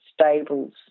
stables